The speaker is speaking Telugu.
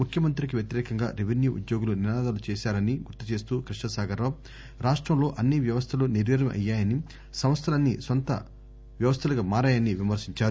ముఖ్యమంత్రికి వ్యతిరేకంగా రెవిన్యూ ఉద్యోగులు నినాదాలు చేశారని గుర్తు చేస్తూ కృష్ణ సాగరరావు రాష్టంలో అన్ని వ్యవస్థలు నిర్వీర్యం అయ్యాయని సంస్థలన్నీ నొంత వ్యవస్థలుగా మారాయని విమర్పించారు